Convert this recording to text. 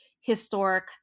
historic